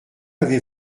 avez